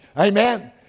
Amen